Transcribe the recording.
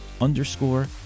underscore